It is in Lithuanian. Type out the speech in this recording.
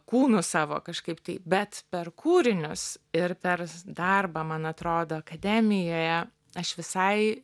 kūnu savo kažkaip tai bet per kūrinius ir per darbą man atrodo akademijoje aš visai